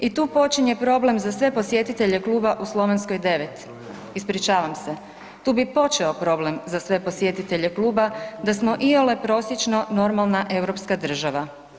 I tu počinje problem za sve posjetitelje kluba u Slovenskoj 9, ispričavam se, tu bi počeo problem za sve posjetitelje kluba da smo iole prosječno normalna europska država.